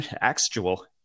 actual